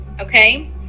okay